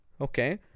okay